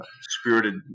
spirited